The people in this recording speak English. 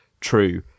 true